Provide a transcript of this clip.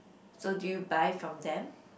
so do you buy from them